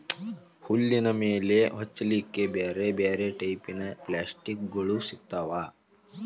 ಹುಲ್ಲಿನ ಮೇಲೆ ಹೊಚ್ಚಲಿಕ್ಕೆ ಬ್ಯಾರ್ ಬ್ಯಾರೆ ಟೈಪಿನ ಪಪ್ಲಾಸ್ಟಿಕ್ ಗೋಳು ಸಿಗ್ತಾವ